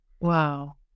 Wow